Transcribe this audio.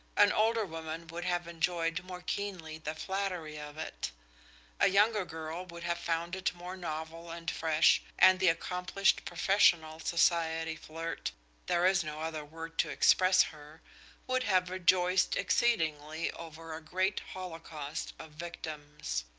an older woman would have enjoyed more keenly the flattery of it a younger girl would have found it more novel and fresh, and the accomplished professional society flirt there is no other word to express her would have rejoiced exceedingly over a great holocaust of victims.